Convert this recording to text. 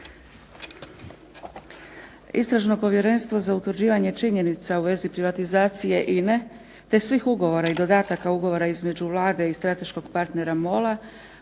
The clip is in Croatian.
Istražno povjerenstvo za utvrđivanje činjenica u vezi privatizacije INA-e te svih ugovora i dodataka ugovora između Vlade i strateškog partnera MOL-a